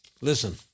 Listen